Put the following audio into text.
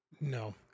No